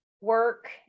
work